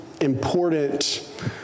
important